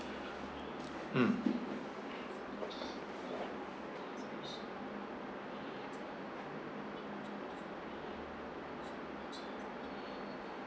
mm